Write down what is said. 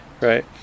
right